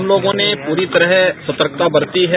हम लोगों ने पूरी तरह सतर्कता बरती है